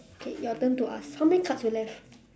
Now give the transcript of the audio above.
okay your turn to ask how many cards you left